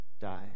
die